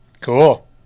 cool